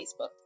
Facebook